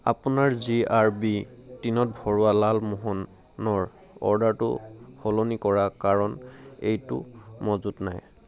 আপোনাৰ G R B টিনত ভৰোৱা লালমোহনৰ অৰ্ডাৰটো সলনি কৰা কাৰণ এইটো মজুত নাই